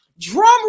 Drum